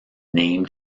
named